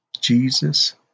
Jesus